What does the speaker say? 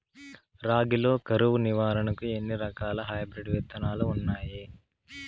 రాగి లో కరువు నివారణకు ఎన్ని రకాల హైబ్రిడ్ విత్తనాలు ఉన్నాయి